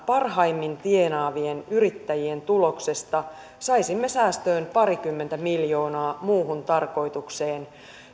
parhaimmin tienaavien yrittäjien tuloksesta saisimme säästöön parikymmentä miljoonaa muuhun tarkoitukseen